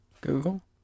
Google